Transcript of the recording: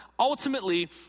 Ultimately